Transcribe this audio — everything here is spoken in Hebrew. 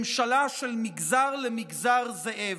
ממשלה של מגזר למגזר זאב.